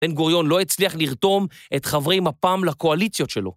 בן גוריון לא הצליח לרתום את חברי מפ"ם לקואליציות שלו.